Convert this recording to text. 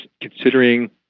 considering